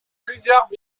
plusieurs